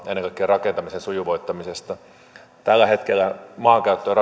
ennen kaikkea rakentamisen sujuvoittamisesta tällä hetkellä maankäyttö ja